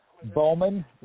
Bowman